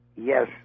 Yes